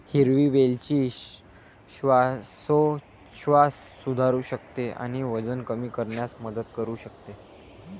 हिरवी वेलची श्वासोच्छवास सुधारू शकते आणि वजन कमी करण्यास मदत करू शकते